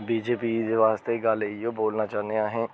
बी J P बास्तै गल्ल इ'यो बोलना चाहन्ने अहें